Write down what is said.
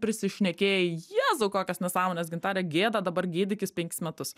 prisišnekėjai jėzau kokias nesąmones gintarė gėda dabar gydykis penkis metus